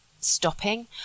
stopping